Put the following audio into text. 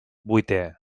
vuitè